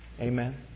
Amen